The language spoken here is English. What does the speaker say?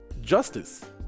justice